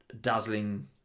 dazzling